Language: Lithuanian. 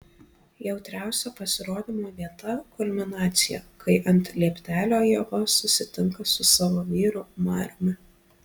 jautriausia pasirodymo vieta kulminacija kai ant lieptelio ieva susitinka su savo vyru mariumi